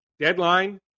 Deadline